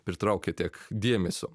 pritraukė tiek dėmesio